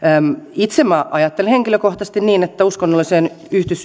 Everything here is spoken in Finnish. itse minä ajattelen henkilökohtaisesti niin että uskonnolliseen